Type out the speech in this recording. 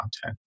content